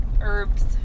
herbs